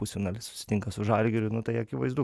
pusfinaly susitinka su žalgiriu nu tai akivaizdu